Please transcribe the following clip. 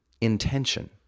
intention